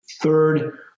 Third